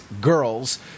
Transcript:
Girls